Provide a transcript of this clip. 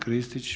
Kristić.